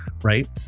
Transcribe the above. Right